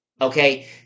okay